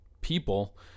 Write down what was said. people